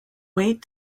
wait